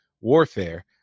warfare